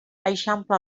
eixampla